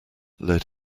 led